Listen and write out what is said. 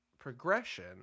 Progression